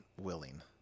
willing